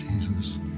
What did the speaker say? Jesus